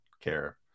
care